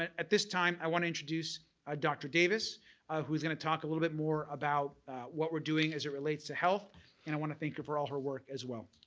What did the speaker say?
at this time i want to introduce ah dr. davis who's going to talk a little bit more about what we're doing as it relates to health and i want to thank you for all her work as well.